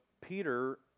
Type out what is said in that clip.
Peter